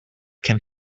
can